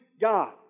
God